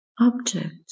object